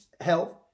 health